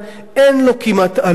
אין לו כמעט עלות,